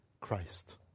Christ